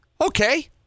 Okay